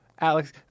Alex –